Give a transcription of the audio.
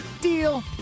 deal